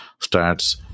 stats